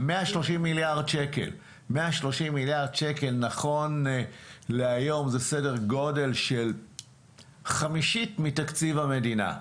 130 מיליארד שקל נכון להיום זה כחמישית מתקציב המדינה.